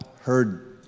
heard